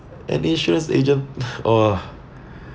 an insurance agent ugh